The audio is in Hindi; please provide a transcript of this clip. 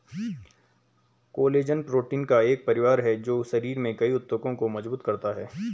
कोलेजन प्रोटीन का एक परिवार है जो शरीर में कई ऊतकों को मजबूत करता है